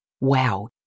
wow